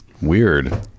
Weird